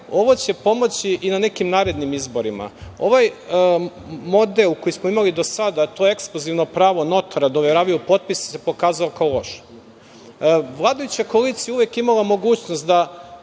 ovo će pomoći i na nekim narednim izborima. Ovaj model koji smo imali do sada, a to je ekskluzivni pravo notara da overavaju potpise, se pokazao kao loš. Vladajuća koalicija je uvek imala mogućnost da